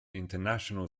international